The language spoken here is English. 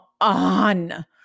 on